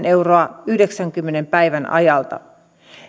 euroa yhdeksänkymmenen päivän ajalta